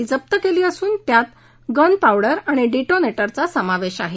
ती जप्त केली असुन त्यात गन पावडर आणि डिटोनेटरचा समावेश आहे